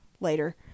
later